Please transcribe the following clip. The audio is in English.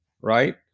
Right